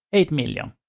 eight million.